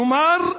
כלומר,